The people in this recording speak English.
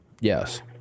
Yes